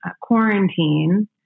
quarantine